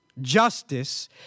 Justice